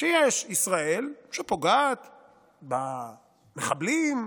שיש ישראל שפוגעת במחבלים,